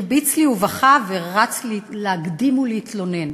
הרביץ לי ובכה ורץ להקדים ולהתלונן.